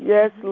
Yes